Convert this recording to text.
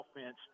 offense